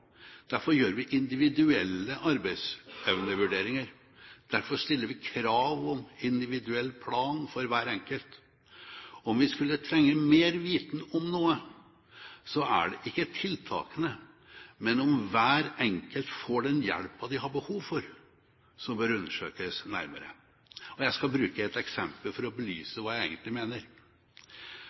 Derfor gjør vi individuelle arbeidsevnevurderinger. Derfor stiller vi krav om individuell plan for hver enkelt. Om vi skulle trenge mer viten om noe, er det ikke tiltakene, men om hver enkelt får den hjelpen de har behov for, som bør undersøkes nærmere. Jeg skal bruke et eksempel for å belyse hva jeg egentlig mener.